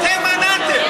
אתם מנעתם.